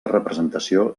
representació